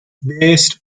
based